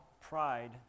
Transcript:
pride